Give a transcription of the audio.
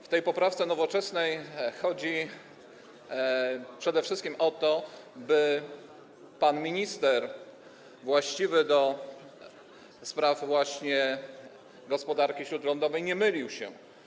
W tej poprawce Nowoczesnej chodzi przede wszystkim o to, by pan minister właściwy do spraw gospodarki śródlądowej nie mylił się.